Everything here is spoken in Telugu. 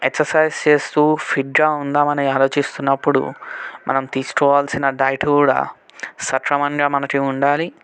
ఎక్ససైజ్ చేస్తూ ఫిట్గా ఉందామని ఆలోచిస్తున్నప్పుడు మనం తీసుకోవాల్సిన డైట్ కూడా సక్రమంగా మనకి ఉండాలి